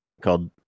called